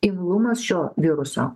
imlumas šio viruso